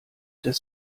des